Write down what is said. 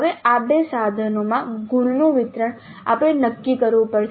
હવે આ બે સાધનોમાં ગુણનું વિતરણ આપણે નક્કી કરવું પડશે